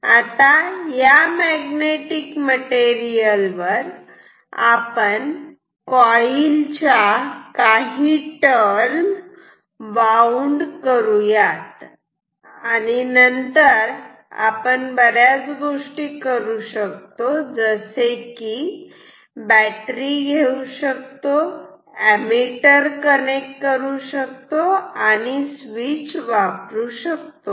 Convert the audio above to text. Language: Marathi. आता या मॅग्नेटिक मटेरियल वर आपण कोइल च्या काही टर्न वाऊंड करूयात आणि नंतर आपण बऱ्याच गोष्टी करू शकतो जसे की बॅटरी घेऊ शकतो एमीटर कनेक्ट करू शकतो आणि स्वीच वापरू शकतो